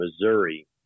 Missouri